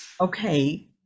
Okay